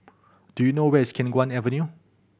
do you know where is Khiang Guan Avenue